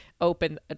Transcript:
open